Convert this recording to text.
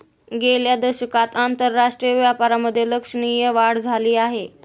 गेल्या दशकात आंतरराष्ट्रीय व्यापारामधे लक्षणीय वाढ झाली आहे